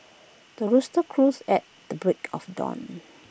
the rooster crows at the break of dawn